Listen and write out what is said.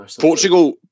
Portugal